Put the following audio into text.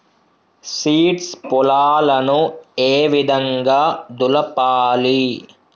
Seeds పొలాలను ఏ విధంగా దులపాలి?